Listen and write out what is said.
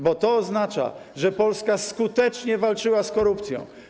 Bo to oznacza, że Polska skutecznie walczyła z korupcją.